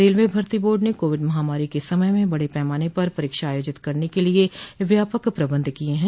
railway भर्ती board ने Covid महामारी के समय में बड़े पैमाने पर परीक्षा आयोजित करने के लिए व्यापक प्रबंध किए हैं